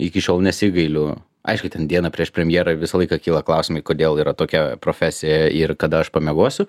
iki šiol nesigailiu aišku ten dieną prieš premjerą visą laiką kyla klausimai kodėl yra tokia profesija ir kada aš pamiegosiu